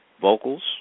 vocals